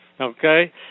okay